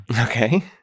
Okay